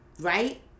right